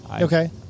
Okay